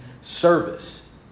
service